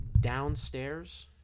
downstairs